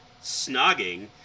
snogging